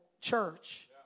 church